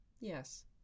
Yes